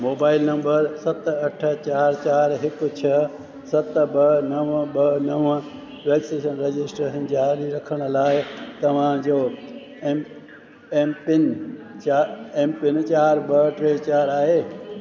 mobile number सत अठ चारि चारि हिकु छह सत ॿ नव ॿ नव वैक्सीन रजिस्ट्रेशन जारी रखण लाइ तव्हांजो एम एम पिन चा एम पिन चारि ॿ टे चारि आहे